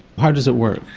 how does it work?